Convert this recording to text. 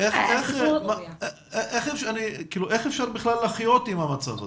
איך אפשר בכלל לחיות עם המצב הזה?